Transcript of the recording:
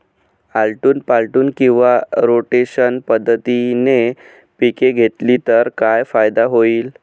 आलटून पालटून किंवा रोटेशन पद्धतीने पिके घेतली तर काय फायदा होईल?